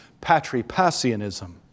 Patripassianism